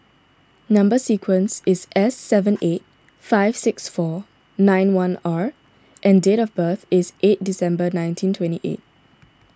Number Sequence is S seven eight five six four nine one R and date of birth is eight December nineteen twenty eight